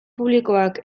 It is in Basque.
publikoak